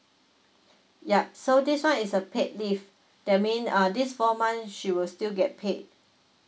yup so this one is a paid leave that mean uh these four months she will still get paid